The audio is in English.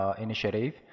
initiative